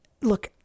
Look